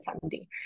someday